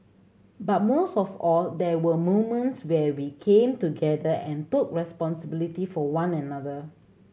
but most of all there were moments where we came together and took responsibility for one another